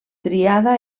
triada